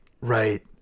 right